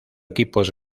equipos